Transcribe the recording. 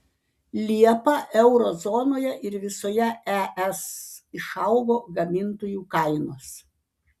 liepą euro zonoje ir visoje es išaugo gamintojų kainos